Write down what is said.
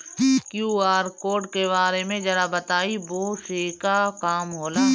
QR code के बारे में जरा बताई वो से का काम होला?